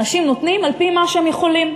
אנשים נותנים על-פי מה שהם יכולים.